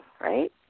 right